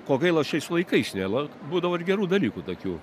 ko gaila šiais laikais nėra būdavo ir gerų dalykų tokių